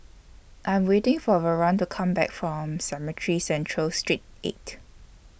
I'm waiting For Verlon to Come Back from Cemetry Central Street eight